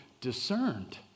discerned